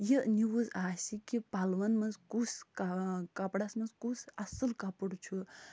یہِ نِوٕز آسہِ کہِ پَلون منٛز کُس کا کپرس منٛز کُس اَصٕل کَپُر چھُ